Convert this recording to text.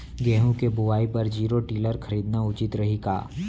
गेहूँ के बुवाई बर जीरो टिलर खरीदना उचित रही का?